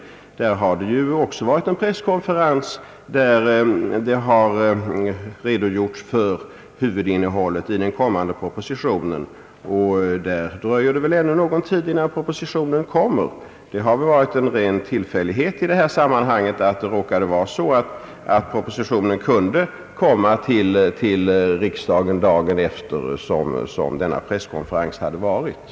I den frågan har det också hållits en presskonferens där det redogjordes för huvudinnehållet i den kommande propositionen. Det dröjer väl ännu någon tid innan den propositionen kommer. I den fråga vi nu diskuterar var det av en ren tillfällighet som propositionen råkade komma riksdagen till handa dagen efter det presskonferensen hade ägt rum.